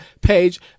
page